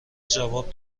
جواب